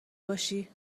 باشی